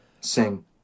sing